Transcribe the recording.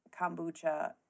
kombucha